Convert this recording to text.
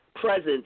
Presence